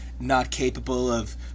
not-capable-of